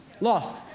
Lost